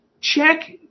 check